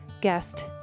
guest